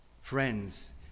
friends